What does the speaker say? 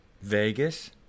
Vegas